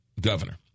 governor